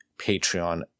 Patreon